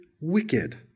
wicked